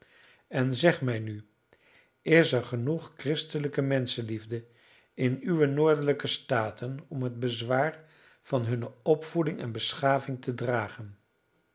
en zeg mij nu is er genoeg christelijke menschenliefde in uwe noordelijke staten om het bezwaar van hunne opvoeding en beschaving te dragen